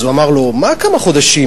אז הוא אמר לו: מה כמה חודשים,